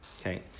okay